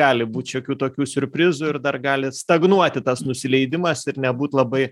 gali būt šiokių tokių siurprizų ir dar gali stagnuoti tas nusileidimas ir nebūt labai